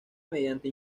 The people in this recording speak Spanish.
mediante